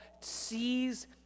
sees